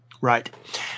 Right